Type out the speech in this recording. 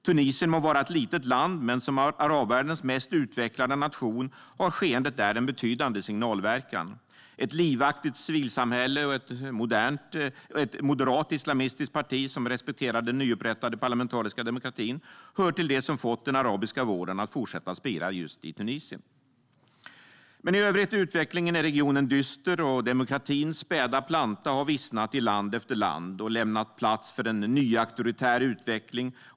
Tunisien må vara ett litet land, men som arabvärldens mest utvecklade nation har skeendet där en betydande signalverkan. Ett livaktigt civilsamhälle och ett moderat islamistiskt parti som respekterar den nyupprättade parlamentariska demokratin hör till det som har fått den arabiska våren att fortsätta spira just i Tunisien. Men i övrigt är utvecklingen i regionen dyster, och demokratins späda planta har vissnat i land efter land och lämnat plats för en nyauktoritär utveckling.